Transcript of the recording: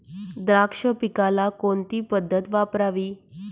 द्राक्ष पिकाला कोणती पद्धत वापरावी?